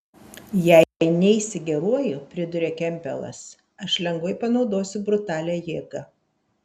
jei neisi geruoju priduria kempbelas aš lengvai panaudosiu brutalią jėgą